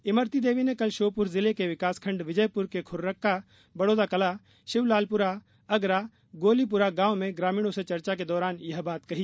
इमरती देवी ने कल श्योपुर जिले के विकास खण्ड विजयपुर के खुर्रका बडौदाकलां शिवलालपुरा अगरा गोलीपुरा गांव में ग्रामीणों से चर्चा के दौरान यह बात कही